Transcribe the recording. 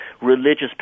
religious